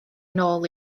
nôl